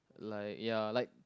like ya like